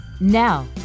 Now